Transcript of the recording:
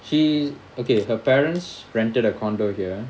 she okay her parents rented a condo here